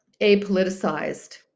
apoliticized